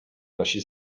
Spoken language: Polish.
nosi